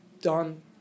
done